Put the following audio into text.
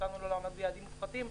נתנו לו לעמוד ביעדים מופחתים,